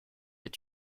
est